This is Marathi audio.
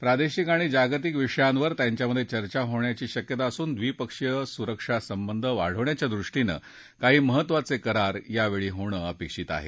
प्रादेशिक आणि जागतिक विषयांवर त्यांच्यात चर्चा होण्याची शक्यता असून व्रिपक्षीय सुरक्षा संबंध वाढवण्याच्या दृष्टीनं काही महत्त्वाचे करार यावेळी होणं अपेक्षित आहे